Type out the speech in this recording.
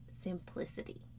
simplicity